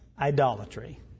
idolatry